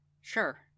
sure